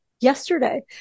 Yesterday